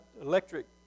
electric